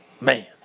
man